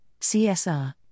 CSR